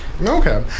okay